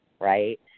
right